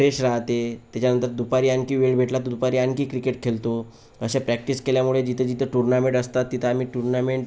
fresh राहते तेच्यानंतर दुपारी आणखी वेळ भेटला तर दुपारी आणखी क्रिकेट खेळतो अशा प्रॅक्टिस केल्यामुळे जेथे जेथे टुरनामेंट असतात तेथे आम्ही टुरनामेंट